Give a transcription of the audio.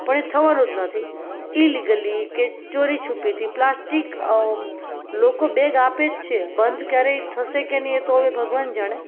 પણ થવાનું જ નથી કે ઇલીગલી કે ચોરી છૂપેથી પ્લાસ્ટિક લોકો બેગ આપે જ છે બંધ ક્યારેય થશે કે નહીં એ તો હવે ભગવાન જાણે